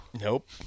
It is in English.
Nope